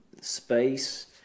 space